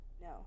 No